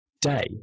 day